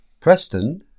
Preston